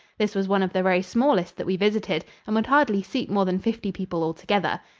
this was one of the very smallest that we visited and would hardly seat more than fifty people altogether.